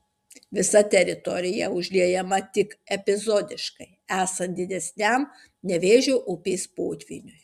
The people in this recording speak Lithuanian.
visa teritorija užliejama tik epizodiškai esant didesniam nevėžio upės potvyniui